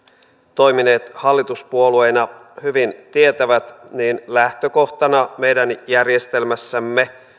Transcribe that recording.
toimineet hallituspuolueina hyvin tietävät niin lähtökohtana meidän järjestelmässämme